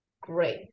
great